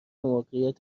موقعیت